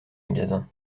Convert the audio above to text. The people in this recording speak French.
magasin